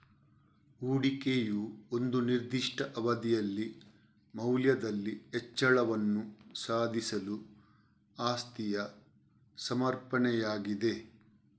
ಹೂಡಿಕೆಯು ಒಂದು ನಿರ್ದಿಷ್ಟ ಅವಧಿಯಲ್ಲಿ ಮೌಲ್ಯದಲ್ಲಿ ಹೆಚ್ಚಳವನ್ನು ಸಾಧಿಸಲು ಆಸ್ತಿಯ ಸಮರ್ಪಣೆಯಾಗಿದೆ